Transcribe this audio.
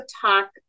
talk